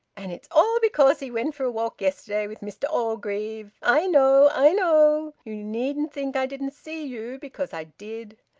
and it's all because he went for a walk yesterday with mr orgreave! i know! i know! you needn't think i didn't see you, because i did!